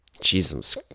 Jesus